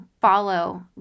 follow